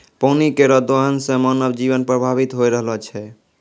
पानी केरो दोहन सें मानव जीवन प्रभावित होय रहलो छै